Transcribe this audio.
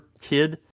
kid